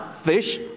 fish